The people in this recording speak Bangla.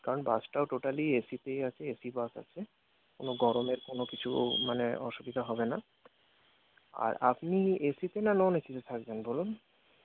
কারণ বাসটাও টোটালি এসিতেই আছে এসি বাস আছে কোনো গরমের কোনোকিছু মানে অসুবিধা হবে না আর আপনি এসিতে না নন এসিতে থাকবেন বলুন